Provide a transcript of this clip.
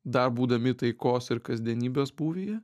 dar būdami taikos ir kasdienybės būvyje